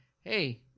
hey